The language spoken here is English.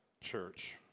church